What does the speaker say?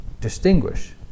distinguish